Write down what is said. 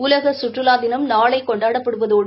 உலக சுற்றுலா தினம் நாளை கொண்டாடப்படுவதோடு